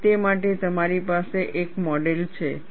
અને તે માટે તમારી પાસે એક મોડેલ છે